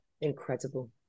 Incredible